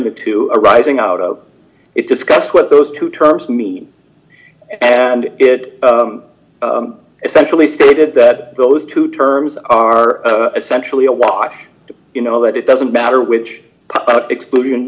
the two arising out of it discuss what those two terms mean and it essentially stated that those two terms are essentially a wash you know that it doesn't matter which exclusion